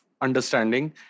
understanding